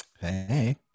Hey